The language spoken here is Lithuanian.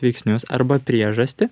veiksnius arba priežastį